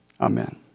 Amen